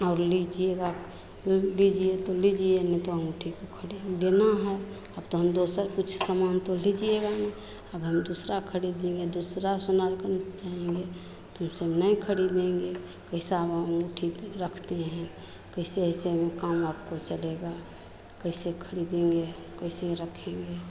और लीजिएगा लीजिए तो लीजिए नहीं तो अँगूठी को खड़ी लेना है अब तो हम दूसरा कुछ समान तो लीजिएगा नहीं अब हम दुसरा ख़रीदेंगे दुसरा सुनार कने जाएँगे तो यह सब नहीं ख़रीदेंगे कैसा हम अँगूठी रखते हैं कैसे ऐसे में काम आपको चलेगा कैसे ख़रीदेंगे कैसे रखेंगे